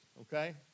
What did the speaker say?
okay